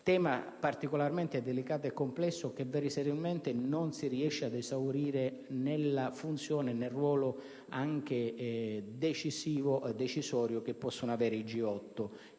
tema particolarmente delicato e complesso che verosimilmente non si riesce ad esaurire nella funzione e nel ruolo, anche decisorio, che possono avere i G8,